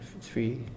three